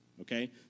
Okay